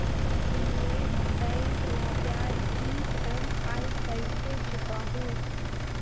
मैं बैंक ला ब्याज ई.एम.आई कइसे चुकाहू?